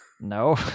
no